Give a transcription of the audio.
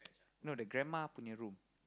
no the grandma punya room